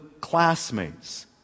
classmates